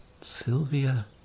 Sylvia